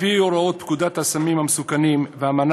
על-פי הוראות פקודת הסמים המסוכנים והאמנה